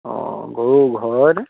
অঁ গৰু ঘৰৰেনে